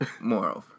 Moreover